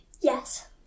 yes